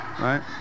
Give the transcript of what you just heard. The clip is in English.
right